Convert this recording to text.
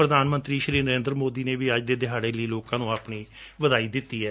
ਪ੍ਰਧਾਨ ਮੰਤਰੀ ਨਰੇਂਦਰ ਸੋਦੀ ਨੇ ਵੀ ਅੱਜ ਦੇ ਦਿਹਾੜੇ ਲਈ ਲੋਕਾਂ ਨੂੰ ਵਧਾਈ ਦਿੱਤੀ ਏ